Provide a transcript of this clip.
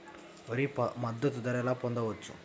వరి మద్దతు ధర ఎలా పొందవచ్చు?